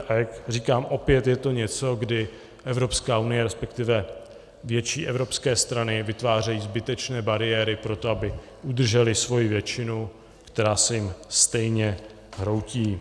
A jak říkám, opět je to něco, kdy Evropská unie, resp. větší evropské strany vytvářejí zbytečné bariéry pro to, aby udržely svoji většinu, která se jim stejně hroutí.